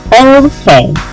Okay